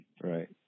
Right